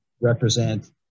represent